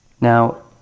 Now